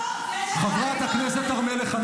חברת הכנסת הר מלך,